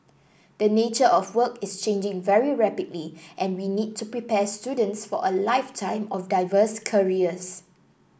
the nature of work is changing very rapidly and we need to prepare students for a lifetime of diverse careers